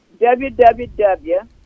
www